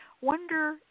wonder